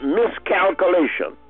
miscalculation